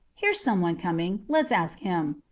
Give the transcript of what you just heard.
here's someone coming. let's ask him.